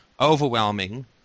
overwhelming